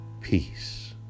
peace